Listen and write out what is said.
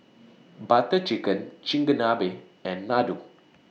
Butter Chicken Chigenabe and Ladoo